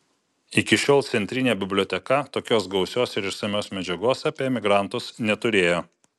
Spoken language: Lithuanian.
iki šiol centrinė biblioteka tokios gausios ir išsamios medžiagos apie emigrantus neturėjo